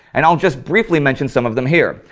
and i'll just briefly mention some of them here.